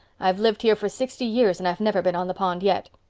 i've lived here for sixty years and i've never been on the pond yet.